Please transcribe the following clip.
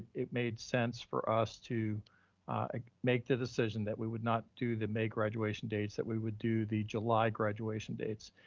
it made sense for us to make the decision that we would not do the may graduation dates that we would do the july graduation dates.